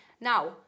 Now